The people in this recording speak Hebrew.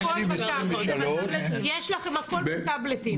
יש לכם הכל בטאבלטים.